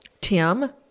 tim